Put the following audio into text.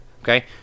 okay